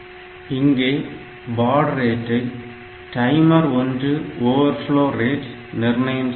இங்கே பாட் ரேட்டை timer 1 overflow rate நிர்ணயம் செய்கிறது